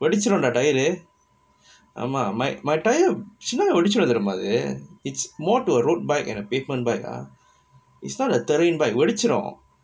வெடிச்சுரோண்டா:vedichirondaa tyre ரு ஆமா:ru aamaa my my tyre sinang கா வெடிச்சுரும் தெரியுமா அது:ga vedichirum teriyumaa athu it's more to a road bike and a pavement bike ah it's not a terrain bike வெடிச்சிரு:vedichchiru